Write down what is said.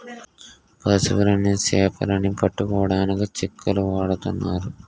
పశువులని సేపలని పట్టుకోడానికి చిక్కాలు వాడతన్నారు